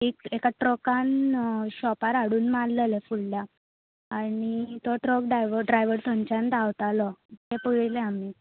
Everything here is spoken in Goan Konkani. एका ट्रकान शोपार हाडून मारलेलो फुडल्या आनी तो ट्रक ड्रायव्हर ड्रायव्हर थंयच्यान धांवतालो ते पळयले आमी